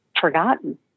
forgotten